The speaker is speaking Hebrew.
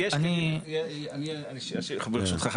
ברשותך,